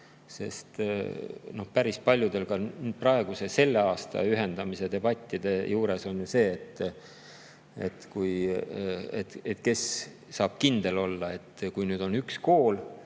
Ka päris paljude praeguse, selle aasta ühendamise debattide juures on ju [küsimus], et kas saab kindel olla, et kui nüüd on üks kool